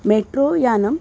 मेट्रोयानम्